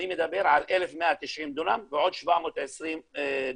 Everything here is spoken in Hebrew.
אני מדבר על 1,190 דונם, ועוד 720 דונם.